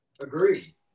Agree